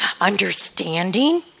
understanding